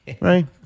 right